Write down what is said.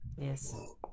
Yes